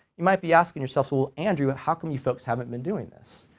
you might be asking yourselves well andrew, and how come you folks haven't been doing this?